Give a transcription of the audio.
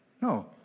No